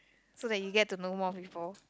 so that you get to know more people